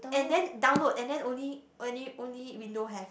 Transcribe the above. and then download and then only only only window have